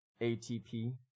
ATP